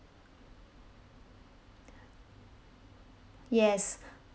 yes